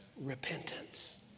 repentance